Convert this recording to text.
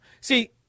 See